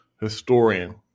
historian